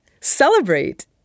Celebrate